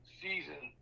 season